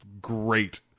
great